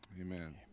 Amen